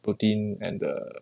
protein and the